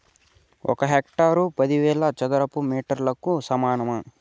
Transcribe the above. ఒక హెక్టారు పదివేల చదరపు మీటర్లకు సమానం